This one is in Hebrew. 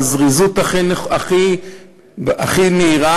בזריזות הכי רבה